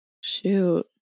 Shoot